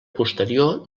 posterior